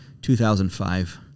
2005